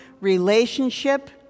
relationship